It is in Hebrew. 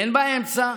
אין באמצע.